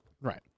right